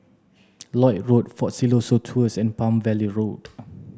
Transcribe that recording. Lloyd Road Fort Siloso Tours and Palm Valley Road